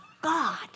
God